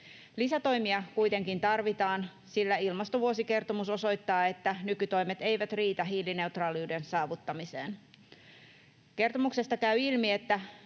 Lisätoimia kuitenkin tarvitaan, sillä ilmastovuosikertomus osoittaa, että nykytoimet eivät riitä hiilineutraaliuden saavuttamiseen. Kertomuksesta käy ilmi, että